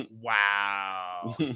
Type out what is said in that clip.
wow